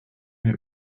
mehr